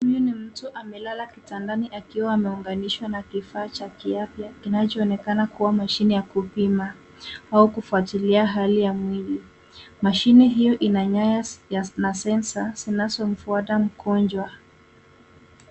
Huyu ni mtu amelala kitanda akiwa ameunganishwa na kifaa cha kiafya kinachoonekana kuwa mashine ya kupima au kufuatilia hali ya mwili. Mashine hiyo ina nyaya na sensor zinazomfuata mgonjwa.